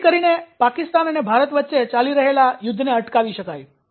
જેથી કરીને પાકિસ્તાન અને ભારત વચ્ચે ચાલી રહેલા યુદ્ધને અટકાવી શકાય